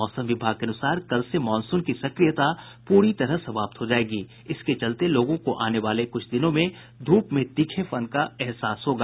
मौसम विभाग के अनुसार कल से मॉनसून की सक्रियता पूरी तरह समाप्त हो जायेगी इसके चलते लोगों को आने वाले दिनों में धूप में तीखेपन का एहसास होगा